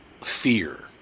fear